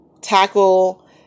tackle